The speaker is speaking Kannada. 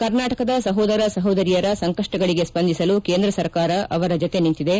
ಕರ್ನಾಟಕದ ಸಹೋದರ ಸಹೋದರಿಯರ ಸಂಕಷ್ಟಗಳಿಗೆ ಸ್ಪಂದಿಸಲು ಕೇಂದ್ರ ಸರ್ಕಾರ ಅವರ ಜತೆ ನಿಂತಿದೆ